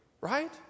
Right